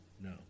No